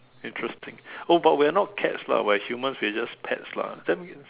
interesting oh but we are not cats lah we are humans we are just pets lah then